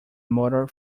motor